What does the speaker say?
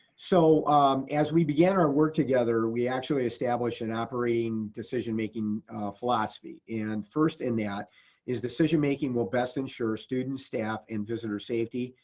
so as we began our work together, we actually established an operating decision-making philosophy. and first in that is decision making will best ensure students, staff and visitors, safety,